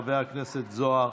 חבר הכנסת זוהר,